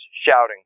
shouting